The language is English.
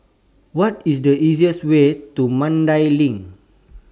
What IS The easiest Way to Mandai LINK